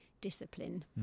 discipline